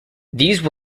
these